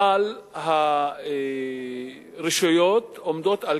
אבל הרשויות עומדות על